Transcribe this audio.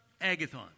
agathon